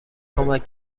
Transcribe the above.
کمک